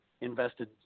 invested